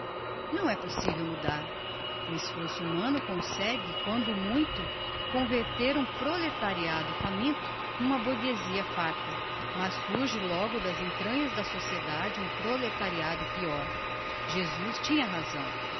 não é possivel mudar o esforço humano consegue quando muito converter um proletariado faminto n'uma burguezia farta mas surge logo das entranhas da sociedade um proletariado peior jesus tinha razão